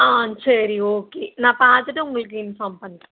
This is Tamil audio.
ஆ சரி ஓகே நான் பார்த்துட்டு உங்களுக்கு இன்ஃபார்ம் பண்ணுறேன்